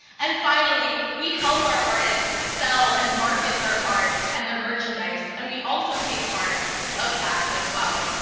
and finally, we help our artists sell and market their art and their merchandise, and we also take part of that as well.